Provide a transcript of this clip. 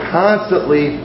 constantly